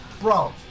Bro